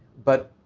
but